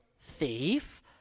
thief